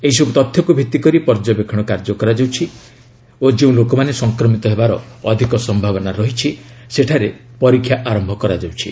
ଏହିସବ୍ ତଥ୍ୟକ୍ ଭିତ୍ତି କରି ପର୍ଯ୍ୟବେକ୍ଷଣ କାର୍ଯ୍ୟ କରାଯାଉଛି ଓ ଯେଉଁ ଲୋକମାନେ ସଂକ୍ରମିତ ହେବାର ଅଧିକ ସମ୍ଭାବନା ରହିଛି ସେଠାରେ ପରୀକ୍ଷା ଆରମ୍ଭ କରାଯାଉଛି